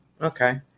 Okay